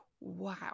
wow